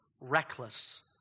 reckless